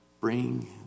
Bring